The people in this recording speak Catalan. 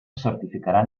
certificaran